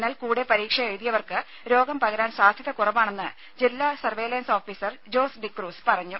എന്നാൽ കൂടെ പരീക്ഷ എഴുതിയവർക്ക് രോഗം പകരാൻ സാധ്യത കുറവാണെന്ന് ജില്ലാ സർവൈലൻസ് ഓഫീസർ ജോസ് ഡിക്രൂസ് പറഞ്ഞു